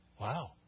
Wow